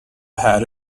had